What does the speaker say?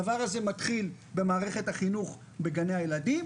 הדבר הזה מתחיל במערכת החינוך בגני הילדים,